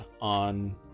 on